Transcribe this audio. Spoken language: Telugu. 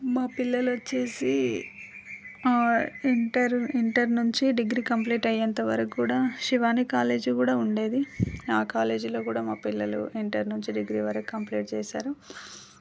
మా పిల్లలు వచ్చేసి ఇంటర్ ఇంటర్ నుంచి డిగ్రీ కంప్లీట్ అయ్యేంతవరకు కూడా శివాని కాలేజీ కూడా ఉండేది ఆ కాలేజీలో కూడా మా పిల్లలు ఇంటర్ నుంచి డిగ్రీ వరకు కంప్లీట్ చేశారు